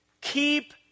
keep